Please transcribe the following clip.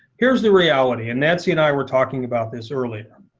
here's the reality and nancy and i were talking about this earlier.